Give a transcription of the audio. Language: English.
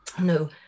No